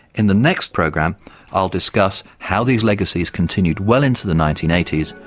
in the next program i'll discuss how these legacies continued well into the nineteen eighty s,